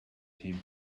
him